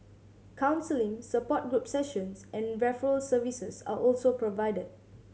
counselling support group sessions and referral services are also provided